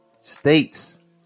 states